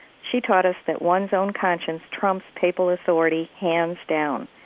she taught us that one's own conscience trumps papal authority hands down.